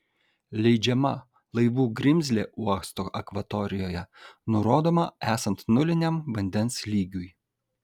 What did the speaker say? leidžiama laivų grimzlė uosto akvatorijoje nurodoma esant nuliniam vandens lygiui